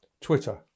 Twitter